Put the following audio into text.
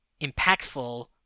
impactful